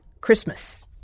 Christmas